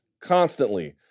constantly